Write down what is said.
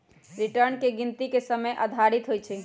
return की गिनति के समय आधारित होइ छइ